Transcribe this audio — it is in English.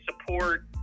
support